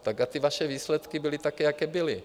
Tak ty vaše výsledky byly takové, jaké byly.